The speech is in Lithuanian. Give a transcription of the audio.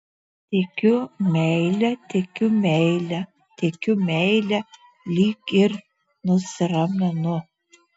tikiu meile tikiu meile tikiu meile lyg ir nusiraminu